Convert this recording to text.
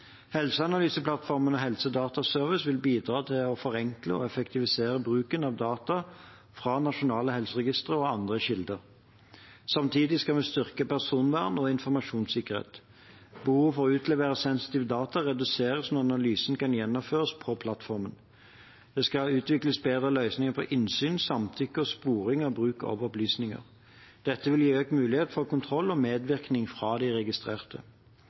Helseanalyseplattformen og Helsedataservice vil bidra til å forenkle og effektivisere bruken av data fra nasjonale helseregistre og andre kilder. Samtidig skal vi styrke personvernet og informasjonssikkerheten. Behovet for å utlevere sensitive data reduseres når analysen kan gjennomføres på plattformen. Det skal utvikles bedre løsninger for innsyn, samtykke og sporing av bruk av opplysninger. Dette vil gi økt mulighet for kontroll og medvirkning fra de registrerte.